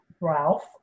Ralph